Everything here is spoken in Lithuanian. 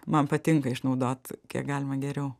man patinka išnaudot kiek galima geriau